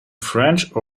french